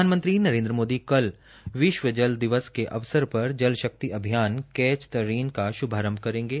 प्रधानमंत्री नरेन्द्र मोदी कल विश्व जल दिवस के अवसर पर जल शक्ति अभियान कैच दी रेन का श्भारंभ करेंगे